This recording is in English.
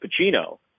Pacino